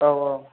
औ औ